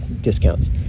discounts